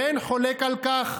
ואין חולק על כך,